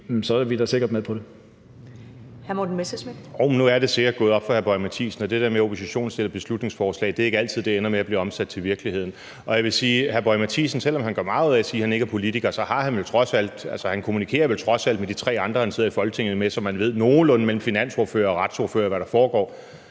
er vi da sikkert med på det.